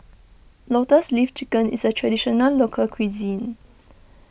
Lotus Leaf Chicken is a Traditional Local Cuisine